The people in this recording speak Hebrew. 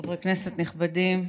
חברי כנסת נכבדים,